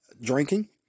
drinking